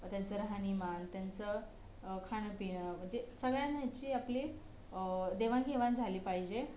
म त्यांचं राहणीमान त्यांचं खाणंपिणं म्हणजे सगळ्यांची आपली देवाणघेवाण झाली पाहिजे